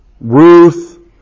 Ruth